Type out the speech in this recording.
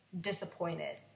disappointed